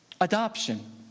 Adoption